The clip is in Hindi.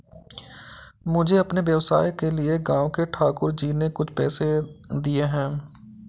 मुझे अपने व्यवसाय के लिए गांव के ठाकुर जी ने कुछ पैसे दिए हैं